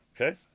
okay